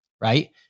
right